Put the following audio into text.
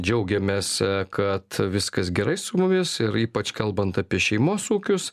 džiaugiamės kad viskas gerai su mumis ir ypač kalbant apie šeimos ūkius